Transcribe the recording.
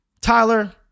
Tyler